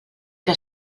que